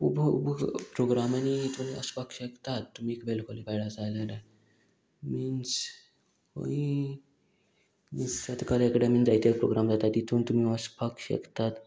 खूब खूब प्रोग्रामांनी तुमी वसपाक शकतात तुमी एक वेल क्वॉलिफायड आसा जाल्यार मिन्स खंयी मिन्स शेतकाऱ्यां कडेन जायते प्रोग्राम जाता तितून तुमी वचपाक शकतात